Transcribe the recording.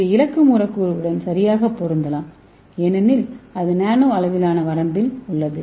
இது இலக்கு மூலக்கூறு உடன் சரியாக பொருந்தலாம் ஏனெனில் அது நானோ அளவிலான வரம்பில் உள்ளது